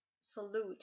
salute